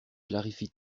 clarifie